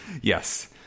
Yes